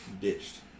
ditched